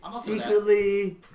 secretly